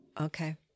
okay